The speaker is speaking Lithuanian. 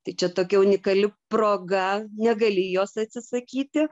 tai čia tokia unikali proga negali jos atsisakyti